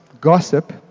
gossip